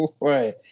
right